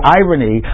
irony